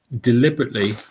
deliberately